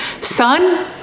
Son